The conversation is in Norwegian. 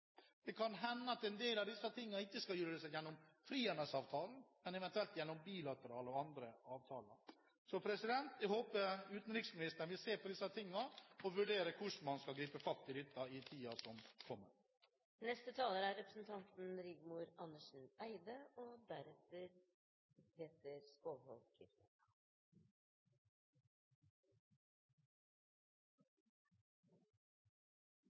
Det kan hende en del av disse tingene ikke skal gjøres gjennom frihandelsavtalen, men eventuelt gjennom bilaterale og andre avtaler. Jeg håper utenriksministeren vil se på disse tingene og vurdere hvordan man skal gripe fatt i dette i tiden som kommer. Først vil jeg takke utenriksministeren for en innholdsrik, god og